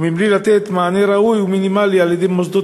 ומבלי לתת מענה ראוי ומינימלי על-ידי מוסדות